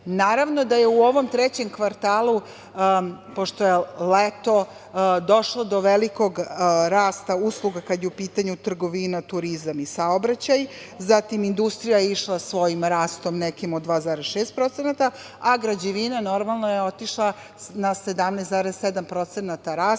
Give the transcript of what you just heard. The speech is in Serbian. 0,9%.Naravno da je u ovom trećem kvartalu, pošto je leto, došlo do velikog rasta usluga, kada je u pitanju trgovina, turizam i saobraćaj. Zatim, industrija je išla svojim rastom nekim od 2,6%, a građevina, normalno, je otišla na 17,7%, rast